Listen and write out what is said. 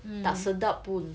tak sedap pun